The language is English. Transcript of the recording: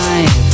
Life